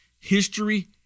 history